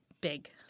big